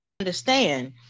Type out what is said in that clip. Understand